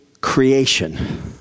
creation